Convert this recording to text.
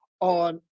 on